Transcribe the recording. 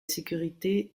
sécurité